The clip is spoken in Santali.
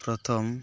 ᱯᱨᱚᱛᱷᱚᱢ